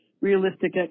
realistic